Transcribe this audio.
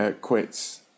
quits